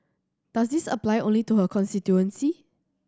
does this apply only to her constituency